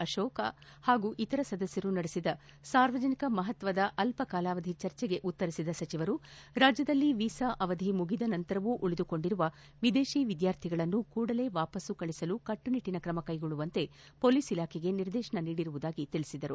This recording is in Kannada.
ಅಶೋಕ್ ಹಾಗೂ ಇತರ ಸದಸ್ಕರು ನಡೆಸಿದ ಸಾರ್ವಜನಿಕ ಮಹತ್ವದ ಅಲ್ಲ ಕಾಲಾವಧಿ ಚರ್ಚೆಗೆ ಉತ್ತರಿಸಿದ ಸಚಿವರು ರಾಜ್ಯದಲ್ಲಿ ವೀಸಾ ಅವಧಿ ಮುಗಿದ ನಂತರವೂ ಉಳಿದುಕೊಂಡಿರುವ ವಿದೇಶಿ ವಿದ್ಯಾರ್ಥಿಗಳನ್ನು ಕೂಡಲೇ ವಾಪಸ್ತು ಕಳುಹಿಸಲು ಕಟ್ಟುನಿಟ್ಟಿನ ಕ್ರಮ ಕೈಗೊಳ್ಳುವಂತೆ ಹೊಲೀಸ್ ಇಲಾಖೆಗೆ ನಿರ್ದೇಶನ ನೀಡಿರುವುದಾಗಿ ತಿಳಿಸಿದರು